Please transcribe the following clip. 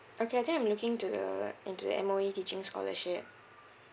okay I think I'm looking into the into the M_O_E teaching scholarship